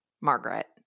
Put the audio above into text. Margaret